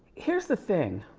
here's the thing.